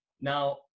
Now